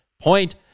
point